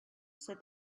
said